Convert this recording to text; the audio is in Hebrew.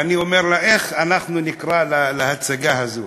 ואני אומר לה: איך אנחנו נקרא להצגה הזאת?